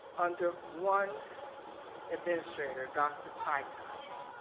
under one administrator, dr. picott.